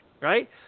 Right